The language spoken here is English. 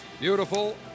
Beautiful